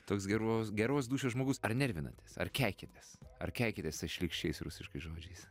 toks geros geros dūšios žmogus ar nervinatės ar keikiatės ar keikiatės tais šlykščiais rusiškais žodžiais